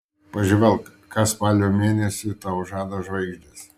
pažvelk ką spalio mėnesiui tau žada žvaigždės